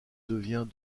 devient